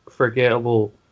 forgettable